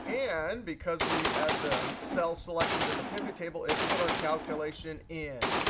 and because we have the cell selected in the pivot table, it put our calculation in.